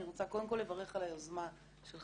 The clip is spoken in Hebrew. אני רוצה קודם כל לברך על היוזמה שלך,